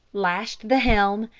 lashed the helm,